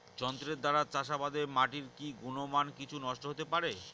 যন্ত্রের দ্বারা চাষাবাদে মাটির কি গুণমান কিছু নষ্ট হতে পারে?